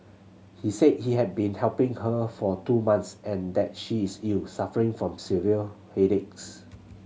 he said he had been helping her for two months and that she is ill suffering from severe headaches